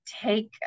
take